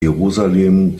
jerusalem